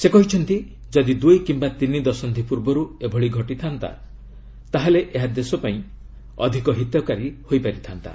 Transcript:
ସେ କହିଛନ୍ତି ଯଦି ଦୁଇ କିମ୍ବା ତିନି ଦଶନ୍ଧି ପୂର୍ବରୁ ଏଭଳି ଘଟିଥାନ୍ତା ତାହେଲେ ଏହା ଦେଶ ପାଇଁ ଅଧିକ ହିତକାରୀ ହୋଇପାରିଥାନ୍ତା